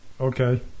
Okay